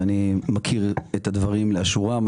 לכן אני מכיר את הדברים לאשורם.